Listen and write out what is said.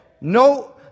No